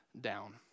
down